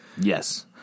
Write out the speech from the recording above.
Yes